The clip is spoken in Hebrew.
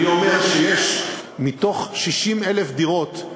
אני אומר שמתוך 60,000 דירות,